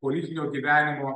politinio gyvenimo